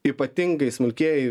ypatingai smulkieji